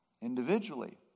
individually